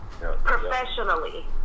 Professionally